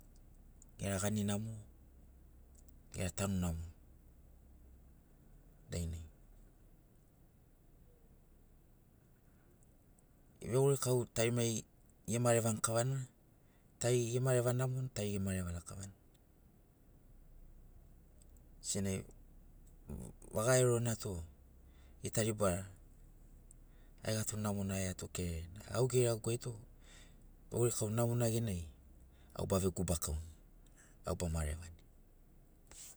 Gera gani namo gera tanu namo dainai vegori kau tarimari ge magurini kavana tari ge mareva namoni tari ge mareva lakavani senagi vaga aerona tu gita ribara aiga tu. namona aiga tu kererena. Au geregaguai tu vegori kau namona genai au ba vegubakauni au ba marevani.